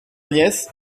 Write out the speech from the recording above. nièce